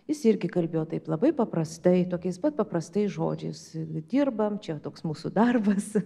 jis irgi kalbėjo taip labai paprastai tokiais pat paprastais žodžiais dirbam čia toks mūsų darbas